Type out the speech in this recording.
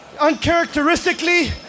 uncharacteristically